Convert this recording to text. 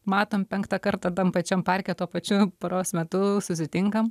matom penktą kartą tam pačiam parke tuo pačiu paros metu susitinkam